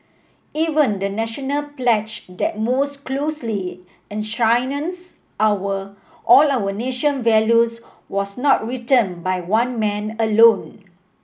even the National pledge that most closely enshrines our all our nation values was not written by one man alone